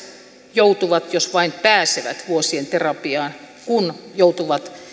joutuvat jos vain pääsevät vuosien terapiaan kun joutuvat